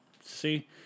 See